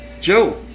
Joe